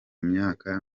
myaka